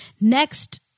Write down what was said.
Next